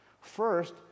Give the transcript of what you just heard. First